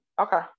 okay